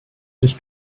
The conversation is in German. sich